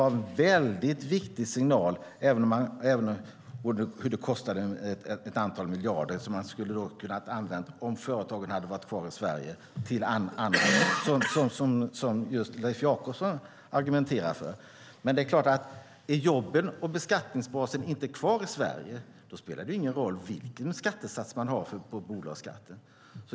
Jag menar att det var en viktig signal, även om det kostade ett antal miljarder som man skulle ha kunnat använda till annat om företagen hade varit kvar i Sverige - sådant som Leif Jakobsson argumenterar för. Men om jobben och beskattningsbasen inte är kvar i Sverige spelar det såklart ingen roll vilken skattesats man har på bolagsskatten.